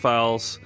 Files